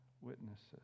witnesses